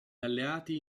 alleati